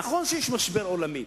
נכון שיש משבר עולמי,